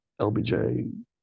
LBJ